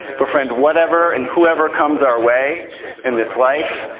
befriend whatever and whoever comes our way in this life,